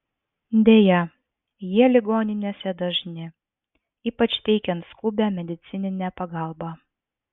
deja jie ligoninėse dažni ypač teikiant skubią medicininę pagalbą